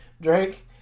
Drake